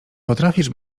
potrafisz